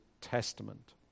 Testament